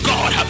God